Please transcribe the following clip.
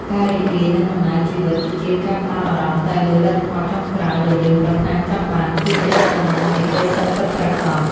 ការរីករាយនឹងដំណើរជីវិតជាជាងការផ្ដោតអារម្មណ៍តែលើលទ្ធផលចុងក្រោយដែលយើងប្រាថ្នាចង់បានគឺជាអាថ៌កំបាំងនៃក្ដីសុខពិតប្រាកដ។